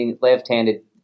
left-handed